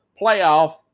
playoff